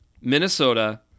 Minnesota